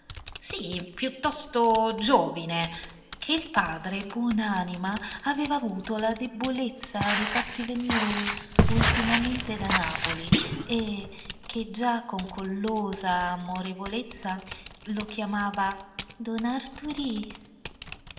sì piuttosto giovine che il padre buon'anima aveva avuto la debolezza di farsi venire ultimamente da napoli e che già con collosa amorevolezza lo chiamava don arturì